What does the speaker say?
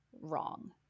wrong